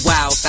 Wow